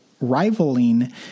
rivaling